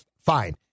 fine